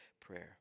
prayer